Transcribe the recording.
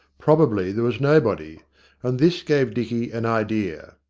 probably there was nobody and this gave dicky an idea.